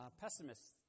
pessimists